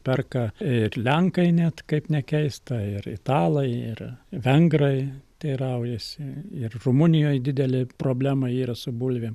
perka ir lenkai net kaip nekeista ir italai ir vengrai teiraujasi ir rumunijoj didelė problema yra su bulvėm